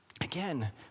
again